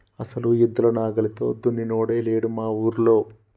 అసలు ఎద్దుల నాగలితో దున్నినోడే లేడు మా ఊరిలో